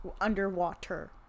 underwater